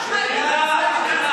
נציג שלך.